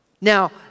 Now